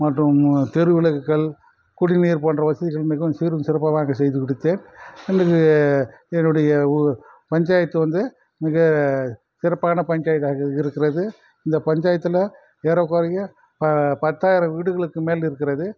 மற்றும் தெருவிளக்குகள் குடிநீர் போன்ற வசதிகள் மிகவும் சீரும் சிறப்புமாக செய்து கொடுத்தேன் என்னுடைய பஞ்சாயத்து வந்து மிக சிறப்பான பஞ்சாயத்தாக இருக்கிறது இந்த பஞ்சாயத்தில் ஏறக்குறைய பத்தாயிரம் வீடுகளுக்கு மேல் இருக்கிறது